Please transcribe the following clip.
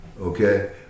Okay